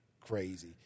crazy